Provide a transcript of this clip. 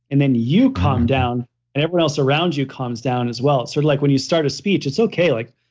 and then you calm down, and everyone else around you calms down as well. sort of like when you start a speech, it's okay. like